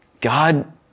God